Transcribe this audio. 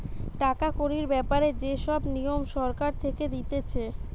টাকা কড়ির ব্যাপারে যে সব নিয়ম সরকার থেকে দিতেছে